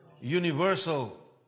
Universal